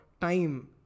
time